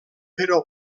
però